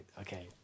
okay